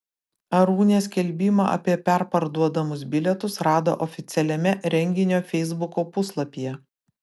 arūnė skelbimą apie perparduodamus bilietus rado oficialiame renginio feisbuko puslapyje